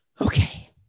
Okay